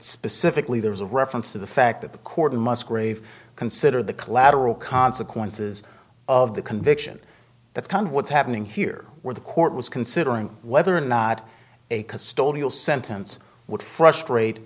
specifically there's a reference to the fact that the court musgrave consider the collateral consequences of the conviction that's kind of what's happening here where the court was considering whether or not a custodial sentence would frustrate